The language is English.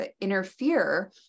interfere